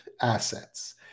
assets